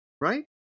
right